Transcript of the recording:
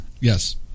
Yes